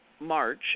March